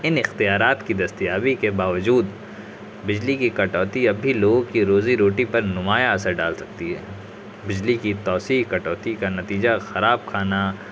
ان اختیارات کی دستیابی کے باوجود بجلی کی کٹوتی اب بھی لوگوں کی روزی روٹی پر نمایاں اثر ڈال سکتی ہے بجلی کی توسیع کٹوتی کا نتیجہ خراب کھانا